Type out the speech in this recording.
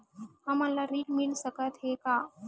हमन ला ऋण मिल सकत हे का?